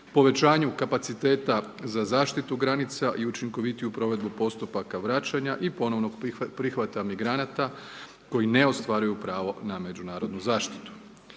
povećanju kapaciteta za zaštitu granica i učinkovitiju provedbu postupaka vraćanja i ponovnog prihvata migranata koji ne ostvaruju pravo na međunarodnu zaštitu.